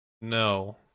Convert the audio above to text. No